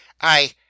I